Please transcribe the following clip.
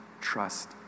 trust